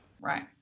Right